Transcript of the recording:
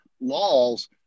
laws